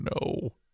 no